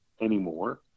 anymore